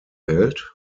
welt